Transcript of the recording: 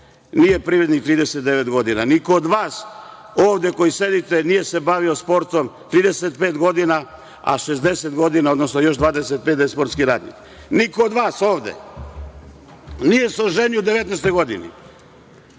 nije privrednik 39 godina. Niko od vas ovde koji sedite nije se bavio sportom 35 godina, a 60 godina, odnosno još 20 da je sportski radnik. Niko od vas ovde nije se oženio u 19. godini.